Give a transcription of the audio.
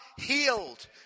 healed